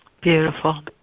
Beautiful